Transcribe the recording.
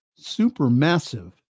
supermassive